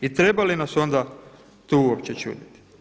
I treba li nas onda to uopće čuditi?